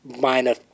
minor